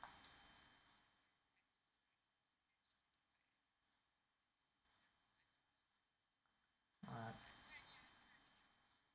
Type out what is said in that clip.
uh